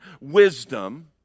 wisdom